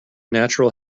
natural